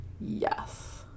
yes